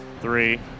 Three